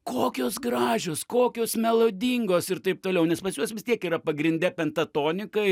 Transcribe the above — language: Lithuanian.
kokios gražios kokios melodingos ir taip toliau nes pas juos vis tiek yra pagrinde pentatonika